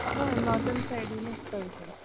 हय नॉर्दन सायडीनूत चडशें